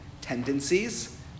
tendencies